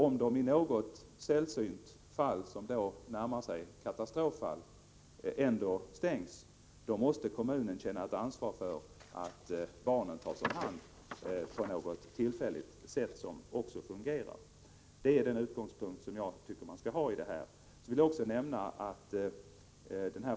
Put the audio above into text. Om de i något sällsynt fall — det är då närmast fråga om en katastrof — måste stängas, skall kommunen känna ansvar för att barnen tas om hand genom något tillfälligt arrangemang, som också fungerar. Det är den utgångspunkten jag tycker att man skall ha i detta fall.